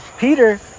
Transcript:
Peter